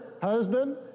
husband